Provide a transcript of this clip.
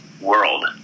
world